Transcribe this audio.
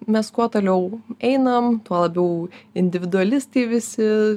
mes kuo toliau einam tuo labiau individualistai visi